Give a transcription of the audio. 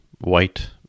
white